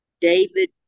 David